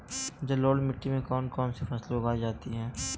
जलोढ़ मिट्टी में कौन कौन सी फसलें उगाई जाती हैं?